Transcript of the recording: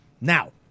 Now